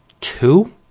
two